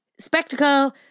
Spectacle